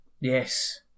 Yes